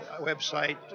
website